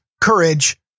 courage